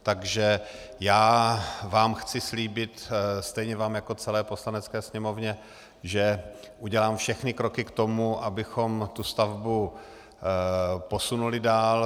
Takže já vám chci slíbit stejně vám jako celé Poslanecké sněmovně že udělám všechny kroky k tomu, abychom tu stavbu posunuli dál.